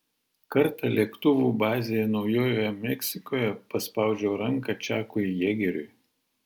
kartą lėktuvų bazėje naujojoje meksikoje paspaudžiau ranką čakui jėgeriui